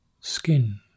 skin